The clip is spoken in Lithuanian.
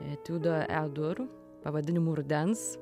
etiudo e dur pavadinimu rudens